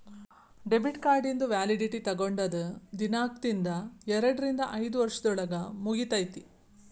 debit ಕಾರ್ಡಿಂದು validity ತೊಗೊಂಡದ್ ದಿನಾಂಕ್ದಿಂದ ಎರಡರಿಂದ ಐದ್ ವರ್ಷದೊಳಗ ಮುಗಿತೈತಿ